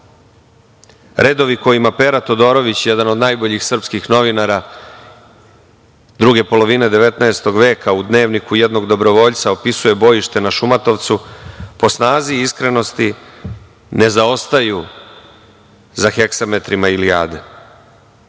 kojima Pera Todorović, jedan od najboljih srpskih novinara druge polovine 19. veka u dnevniku jednog dobrovoljca opisuje bojište na Šumatovcu po snazi i iskrenosti ne zaostaju za heksametrima „Ilijade“.